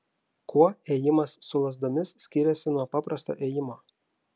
kuo ėjimas su lazdomis skiriasi nuo paprasto ėjimo